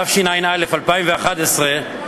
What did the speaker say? התשע"א 2011,